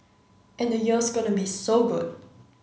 and the year's gonna be so good